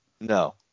No